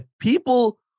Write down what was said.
people